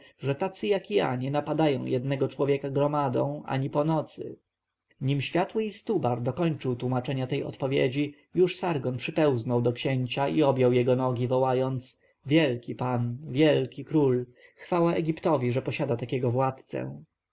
że tacy jak jakja nie napadają jednego człowieka gromadą ani po nocy nim światły istubar dokończył tłomaczenia tej odpowiedzi już sargon przypełznął do księcia i objął jego nogi wołając wielki pan wielki król chwała egiptowi że posiada takiego władcę